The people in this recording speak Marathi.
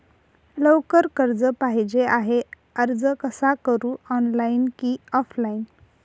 लवकर कर्ज पाहिजे आहे अर्ज कसा करु ऑनलाइन कि ऑफलाइन?